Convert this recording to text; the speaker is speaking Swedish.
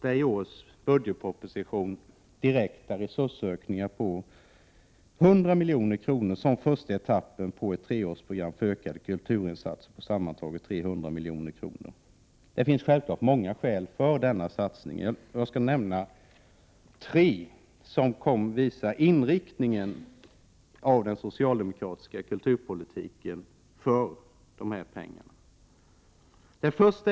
I årets budgetproposition anslås direkta resursökningar på 100 milj.kr. som första etappen på ett treårsprogram för ökade kulturinsatser. Sammantaget är ökningen 300 milj.kr. Det finns självfallet många skäl för denna satsning. Jag skall nämna tre som visar inriktningen av den socialdemokratiska kulturpolitiken. 1.